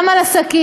גם על עסקים,